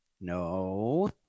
No